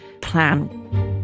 plan